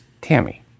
Tammy